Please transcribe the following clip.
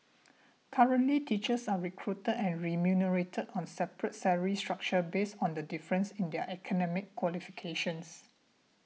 currently teachers are recruited and remunerated on separate salary structures based on the difference in their academic qualifications